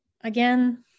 again